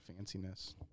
fanciness